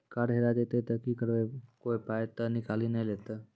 Card हेरा जइतै तऽ की करवै, कोय पाय तऽ निकालि नै लेतै?